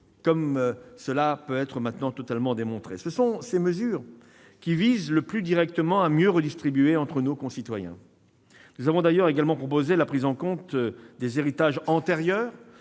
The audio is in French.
comme précédemment expliqué. Ce sont ces mesures qui visent le plus directement à mieux redistribuer entre nos concitoyens. Nous avons d'ailleurs également proposé la prise en compte des héritages antérieurs